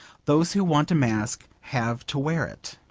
those who want a mask have to wear it.